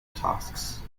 tasks